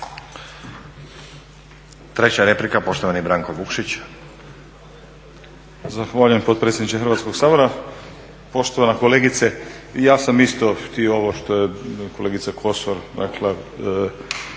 Treća replika, poštovani Branko Vukšić. **Vukšić, Branko (Nezavisni)** Zahvaljujem potpredsjedniče Hrvatskog sabora. Poštovana kolegice, ja sam isto htio ovo što je kolegica Kosor rekla,